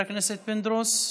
חבר הכנסת פינדרוס?